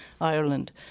Ireland